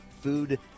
food